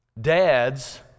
Dads